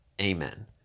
amen